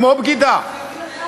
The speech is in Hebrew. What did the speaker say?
כמו בגידה.